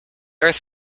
earth